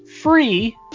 free